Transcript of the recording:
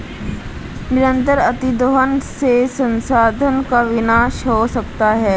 निरंतर अतिदोहन से संसाधन का विनाश हो सकता है